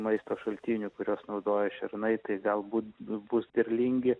maisto šaltinių kuriuos naudoja šernai tai galbūt nu bus derlingi